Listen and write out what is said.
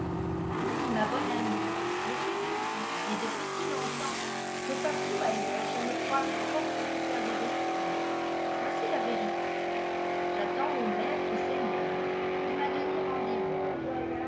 oui ma bonne amie je suis ici et depuis si longtemps que partout ailleurs je me croirais forcée de faire des excuses voici la vérité j'attends mon maître et seigneur il m'a donné rendez-vous